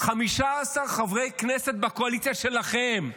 15 חברי כנסת בקואליציה שלכם,